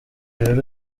rero